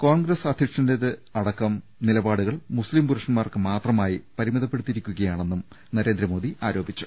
കോൺഗ്രസ് ്അധ്യക്ഷന്റേതടക്കം നില പാടുകൾ മുസ്ലിം പുരുഷന്മാർക്ക് മാത്രമായി പരിമിതപ്പെടു ത്തിയിരിക്കുകയാണെന്നും നരേന്ദ്രമോദി ആരോപിച്ചു